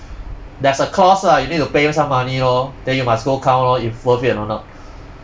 there's a cost lah you need to pay some more money lor then you must go count lor if worth it or not